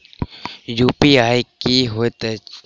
UPI की होइत अछि